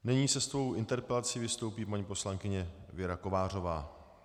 Nyní se svou interpelací vystoupí paní poslankyně Věra Kovářová.